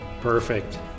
perfect